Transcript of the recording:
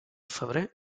febrer